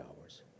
hours